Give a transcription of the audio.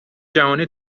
جهانی